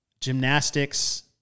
gymnastics